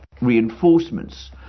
reinforcements